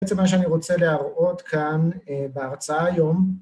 בעצם מה שאני רוצה להראות כאן בהרצאה היום